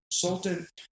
consultant